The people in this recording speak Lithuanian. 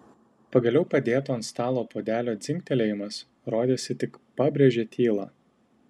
pagaliau padėto ant stalo puodelio dzingtelėjimas rodėsi tik pabrėžė tylą